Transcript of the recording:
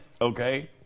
okay